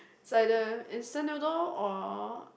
it's either instant noodle or